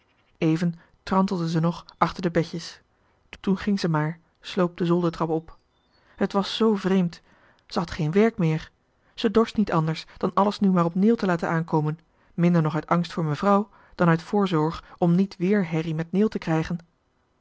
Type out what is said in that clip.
even trantelde zij nog achter de bedjes toen ging ze maar sloop de zoldertrap op het was zoo vreemd ze had geen werk meer ze dorst niet anders dan alles nu maar op neel laten aankomen minder nog uit angst voor mevrouw dan uit voorzorg om niet weer herrie met neel te krijgen